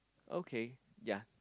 okay ya